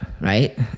right